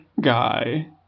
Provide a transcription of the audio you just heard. guy